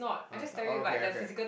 oh is the okay okay